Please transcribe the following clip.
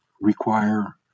require